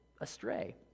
astray